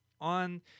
on